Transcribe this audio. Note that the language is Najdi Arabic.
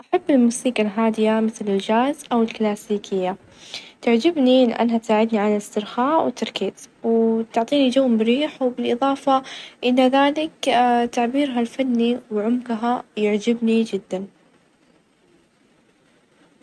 استبدال الظوء، أو المصباح الكهربائي، أول شي خطواتها إنه نوقف الكهربا، بعدين نوخر المصباح القديم ، ونركب المصباح الجديد ،ونختار اختيار المصباح الجيد، وبكذا نكون استبدلنا المصباح بكل سهولة.